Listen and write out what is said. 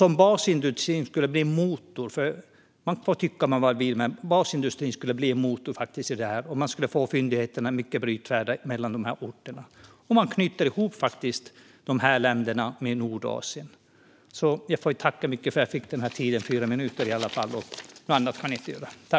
Man får tycka vad man vill. Men basindustrin skulle bli motor, fyndigheterna skulle bli mycket brytvärda mellan dessa orter och man skulle knyta ihop dessa länder med Nordasien. Jag får tacka för att jag i varje fall fick talartiden på fyra minuter. Något annat kan jag inte göra.